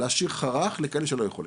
להשאיר חרך לאלו שלא יכולים,